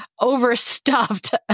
overstuffed